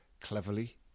cleverly